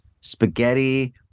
spaghetti